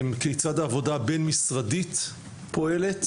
כיצד העבודה הבין-משרדית פועלת,